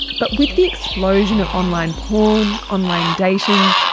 but with the explosion of online porn, online dating,